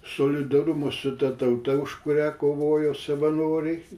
solidarumas su ta tauta už kurią kovojo savanoriai